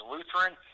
Lutheran